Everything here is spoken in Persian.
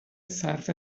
صرف